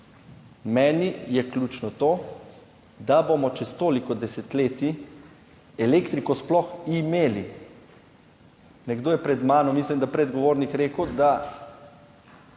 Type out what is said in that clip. Meni je ključno to, da bomo čez toliko desetletij elektriko sploh imeli. Nekdo je pred mano, mislim, da predgovornik rekel, da